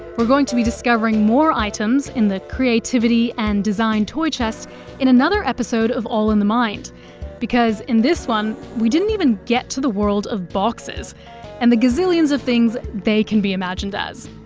going to be discovering more items in the creativity and design toy chest in another episode of all in the mind because in this one we didn't even get to the world of boxes and the gazillions of things they can be imagined as.